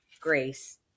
Grace